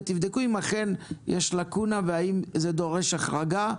ותבדקו אם אכן יש לקונה והאם זה דורש החרגה.